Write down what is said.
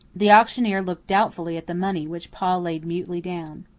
the auctioneer looked doubtfully at the money which pa laid mutely down.